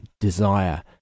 desire